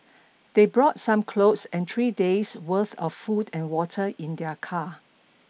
they brought some clothes and three days' worth of food and water in their car